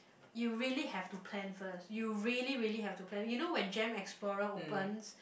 you really have to plan first you really really have to plan you know when gem explorer opens